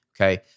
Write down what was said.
okay